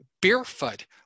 barefoot